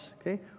okay